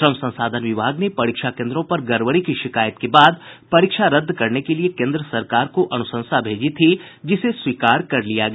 श्रम संसाधन विभाग ने परीक्षा केन्द्रों पर गड़बड़ी की शिकायत के बाद परीक्षा रद्द करने के लिए केन्द्र सरकार को अनुशंसा भेजी थी जिसे स्वीकार कर लिया गया